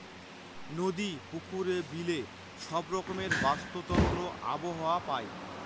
নদী, পুকুরে, বিলে সব রকমের বাস্তুতন্ত্র আবহাওয়া পায়